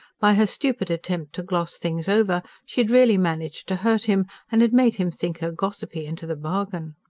by her stupid attempt to gloss things over, she had really managed to hurt him, and had made him think her gossipy into the bargain.